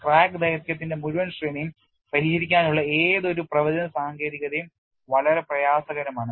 crack ദൈർഘ്യത്തിന്റെ മുഴുവൻ ശ്രേണിയും പരിഹരിക്കാനുള്ള ഏതൊരു പ്രവചന സാങ്കേതികതയും വളരെ പ്രയാസകരമാണ്